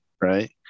right